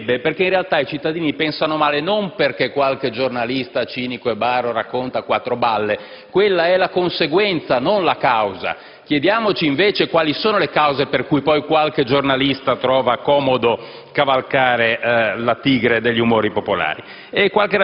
perché in realtà i cittadini pensano male non perché qualche giornalista cinico e baro racconta quattro balle. Quella è la conseguenza, non la causa. Chiediamoci invece quali sono le cause per cui poi qualche giornalista trova comodo cavalcare la tigre degli umori popolari.